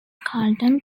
carlton